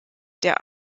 der